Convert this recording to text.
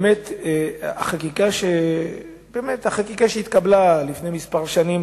באמת החקיקה שהתקבלה לפני כמה שנים